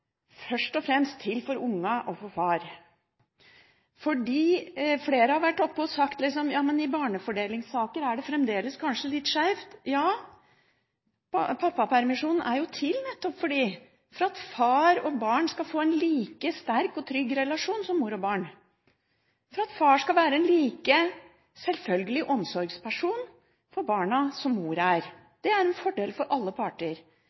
først og fremst til for ungene og for far. Flere har vært oppe og sagt at i barnefordelingssaker er det fremdeles kanskje litt skeivt. Ja, pappapermisjon er til nettopp for at far og barn skal få en like sterk og trygg relasjon som mor og barn, og for at far skal være en like selvfølgelig omsorgsperson for barna som mor er. Det er en fordel for alle parter.